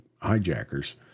hijackers